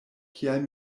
kial